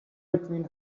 between